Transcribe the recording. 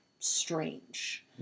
Strange